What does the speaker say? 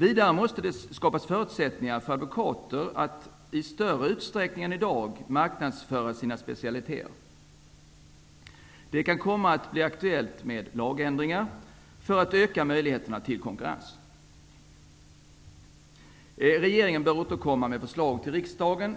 Vidare måste förutsättningar skapas för advokater att i större utsträckning än i dag marknadsföra sina specialiteter. Det kan komma att bli aktuellt med lagändringar för att öka möjligheterna till konkurrens. Regeringen bör efter avslutat utredningsarbete återkomma med förslag till riksdagen.